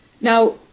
Now